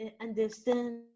understand